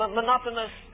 monotonous